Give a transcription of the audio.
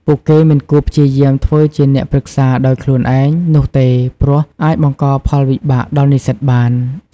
ពួកគេមិនគួរព្យាយាមធ្វើជាអ្នកប្រឹក្សាដោយខ្លួនឯងនោះទេព្រោះអាចបង្កផលវិបាកដល់និស្សិតបាន។